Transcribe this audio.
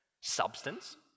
Substance